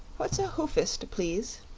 what's a hoofist, please?